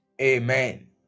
Amen